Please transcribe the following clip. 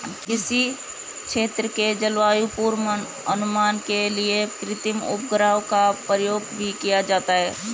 किसी क्षेत्र के जलवायु पूर्वानुमान के लिए कृत्रिम उपग्रहों का प्रयोग भी किया जाता है